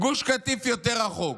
גוש קטיף יותר רחוק.